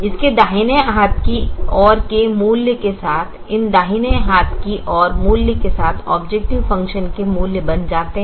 इस के दाहिने हाथ की ओर के मूल्यों के साथ इन दाहिने हाथ की ओर मूल्यों के साथ ऑबजेकतिव फंक्शन के मूल्य बन जाते हैं